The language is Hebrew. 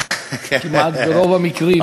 כמעט ברוב המקרים,